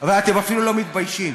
ואתם אפילו לא מתביישים,